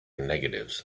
negatives